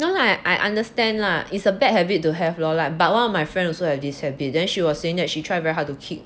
no lah I understand lah it's a bad habit to have lor but one of my friend also have this habit then she was saying that she tried very hard to kick